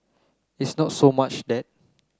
it's not so much that